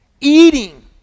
eating